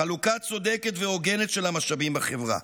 חלוקה צודקת והוגנת של המשאבים בחברה,